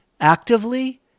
actively